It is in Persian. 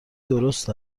درست